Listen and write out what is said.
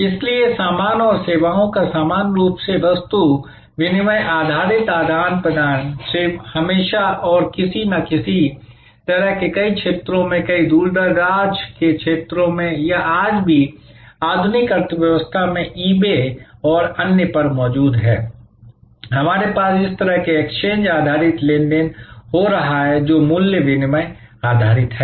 इसलिए सामान और सेवाओं का समान रूप से वस्तु विनिमय आधारित आदान प्रदान हमेशा और किसी न किसी तरह से कई क्षेत्रों में कई दूरदराज के क्षेत्रों में या आज भी आधुनिक अर्थव्यवस्था में ई बे और अन्य पर मौजूद है हमारे पास इस तरह के एक्सचेंज आधारित लेनदेन हो रहा है जो मूल्य विनिमय आधारित है